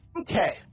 Okay